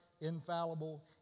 infallible